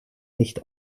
nicht